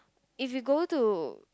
if you go to